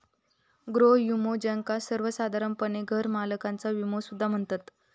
गृह विमो, ज्याका सर्वोसाधारणपणे घरमालकाचा विमो सुद्धा म्हणतत